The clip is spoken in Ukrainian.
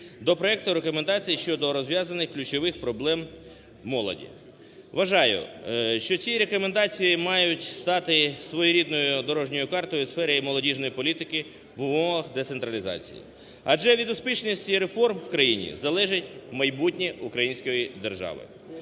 до проекту рекомендацій щодо розв'язання ключових проблем молоді. Вважаю, що ці рекомендації мають стати своєрідною дорожньою картою у сфері молодіжної політики в умовах децентралізації. Адже від успішності реформ в країні залежить майбутнє української держави.